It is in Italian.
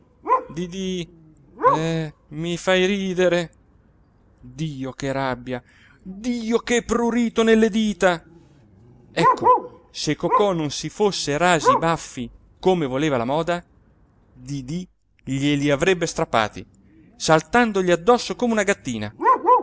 stanco didì mi fai ridere dio che rabbia dio che prurito nelle dita l'uomo solo luigi pirandello ecco se cocò non si fosse rasi i baffi come voleva la moda didì glieli avrebbe strappati saltandogli addosso come una gattina